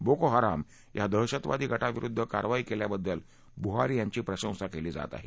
Boko Haram या दहशतवादी गटाविरुद्ध कारवाई केल्याबद्दल बुहारी यांची प्रशंसा केली जात आहे